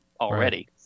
already